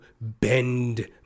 bend